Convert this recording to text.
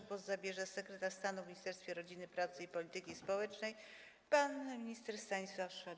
Głos zabierze sekretarz stanu w Ministerstwie Rodziny, Pracy i Polityki Społecznej pan minister Stanisław Szwed.